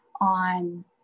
on